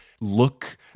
look